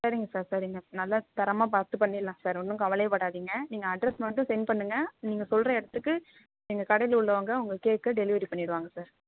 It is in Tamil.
சரிங்க சார் சரிங்க நல்லா தரமாக பார்த்து பண்ணிடலாம் சார் ஒன்றும் கவலையே படாதீங்கள் நீங்கள் அட்ரஸ் மட்டும் சென்ட் பண்ணுங்கள் நீங்கள் சொல்கிற இடத்துக்கு எங்கள் கடையில் உள்ளவங்க உங்கள் கேக்கை டெலிவரி பண்ணிடுவாங்க சார்